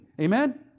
Amen